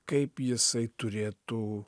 kaip jisai turėtų